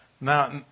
Now